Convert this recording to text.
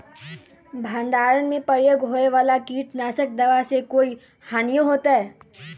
भंडारण में प्रयोग होए वाला किट नाशक दवा से कोई हानियों होतै?